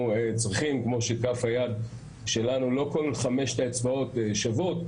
כמו שבכף היד שלנו לא כל חמשת האצבעות שוות,